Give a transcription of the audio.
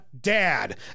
Dad